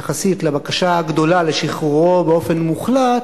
יחסית לבקשה הגדולה לשחרורו באופן מוחלט,